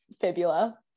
Fibula